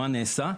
מה נעשה,